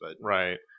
Right